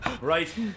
Right